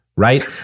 Right